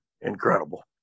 Incredible